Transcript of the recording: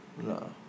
No